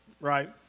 right